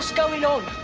going on?